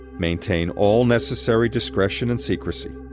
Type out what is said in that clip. maintain all necessary discretion and secrecy,